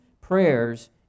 prayers